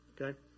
Okay